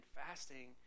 fasting